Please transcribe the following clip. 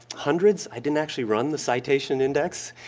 hundreds i didn't actually run the citation index,